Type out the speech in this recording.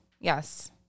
Yes